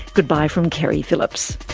goodbye from keri phillips